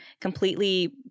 completely